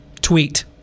Tweet